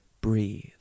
Breathe